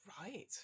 Right